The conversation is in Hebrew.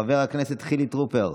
חבר הכנסת חילי טרופר,